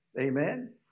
amen